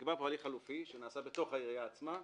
נקבע פה הליך חלופי שנעשה בתוך העירייה עצמה,